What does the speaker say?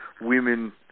women